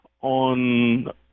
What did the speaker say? on